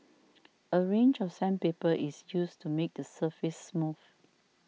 a range of sandpaper is used to make the surface smooth